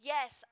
Yes